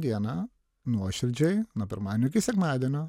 dieną nuoširdžiai nuo pirmadienio iki sekmadienio